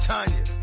Tanya